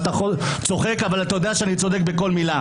אתה צוחק אבל יודע שאני מסתכל בכל מילה.